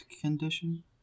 condition